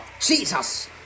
Jesus